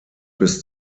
bis